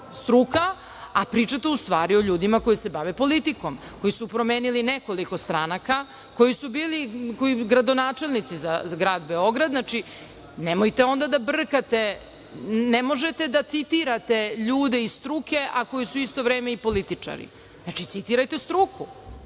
struka, a pričate u stvari o ljudima koji se bave politikom, koji su promenili nekoliko stranaka, koji su bili gradonačelnici za grad Beograd. Znači, nemojte onda da brkate, ne možete da citirate ljude iz struke, a koji su u isto vreme i političari. Znači, citirajte struku,